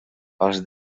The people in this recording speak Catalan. pals